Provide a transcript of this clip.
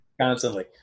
constantly